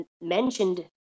mentioned